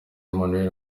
manuel